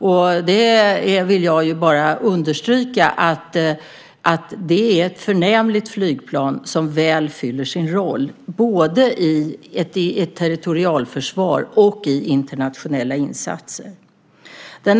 Jag vill understryka att det är ett förnämligt flygplan som väl fyller sin roll både i ett territorialförsvar och i internationella insatser.